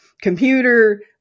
computer